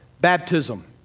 baptism